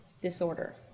disorder